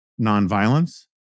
nonviolence